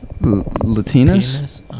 Latinas